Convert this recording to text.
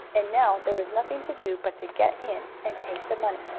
and now there was nothing to do but to get in and take the money,